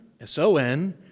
S-O-N